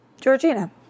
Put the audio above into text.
Georgina